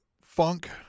funk